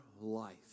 life